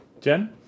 Jen